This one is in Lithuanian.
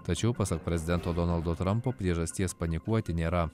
tačiau pasak prezidento donaldo trampo priežasties panikuoti nėra